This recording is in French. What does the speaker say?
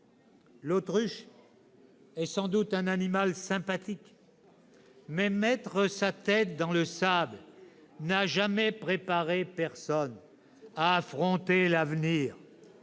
L'autruche est sans doute un animal sympathique, mais mettre sa tête dans le sable n'a jamais préparé personne à affronter l'avenir.